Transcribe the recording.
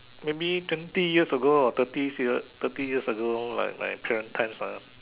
maybe twenty years ago or thirty year thirty years ago like my parents' time ah